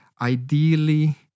Ideally